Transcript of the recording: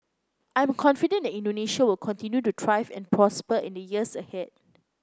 I am confident that Indonesia will continue to thrive and prosper in the years ahead